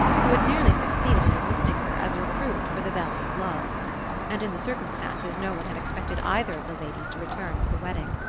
who had nearly succeeded in enlisting her as a recruit for the valley of love and in the circumstances no one had expected either of the ladies to return for the wedding.